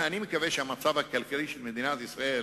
אני מקווה שהמצב הכלכלי של מדינת ישראל